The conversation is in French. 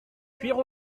cuire